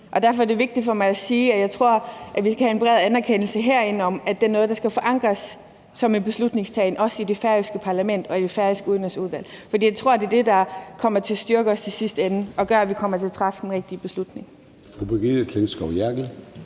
Derfor er det vigtigt for mig at sige, at jeg tror, at der herindefra skal være en bred anerkendelse af, at det er noget, der skal forankres som en beslutningstagen i det færøske parlament og i det færøske udlandsudvalg. For jeg tror, det er det, der kommer til at styrke os i sidste ende og gøre, at vi kommer til at træffe den rigtige beslutning.